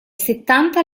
settanta